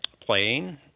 playing